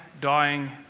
dying